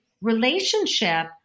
relationship